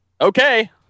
Okay